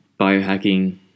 biohacking